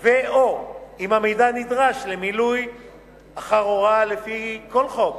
או אם המידע נדרש למילוי אחר הוראה לפי כל חוק